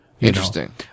Interesting